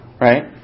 right